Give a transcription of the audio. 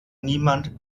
niemand